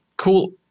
cool